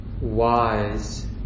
wise